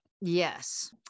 Yes